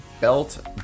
belt